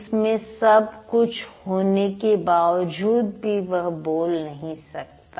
उसमें सब कुछ होने के बावजूद भी वह बोल नहीं सकता